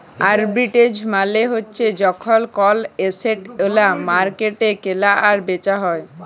arbitrage মালে হ্যচ্যে যখল কল এসেট ওল্য মার্কেটে কেলা আর বেচা হ্যয়ে